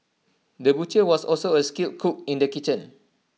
the butcher was also A skilled cook in the kitchen